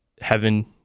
heaven